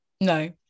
No